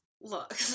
look